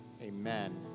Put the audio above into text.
amen